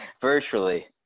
Virtually